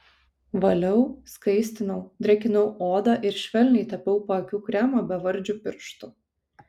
valiau skaistinau drėkinau odą ir švelniai tepiau paakių kremą bevardžiu pirštu